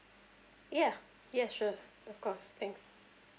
ya yes sure of course thanks